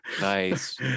nice